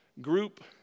group